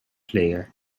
player